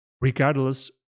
regardless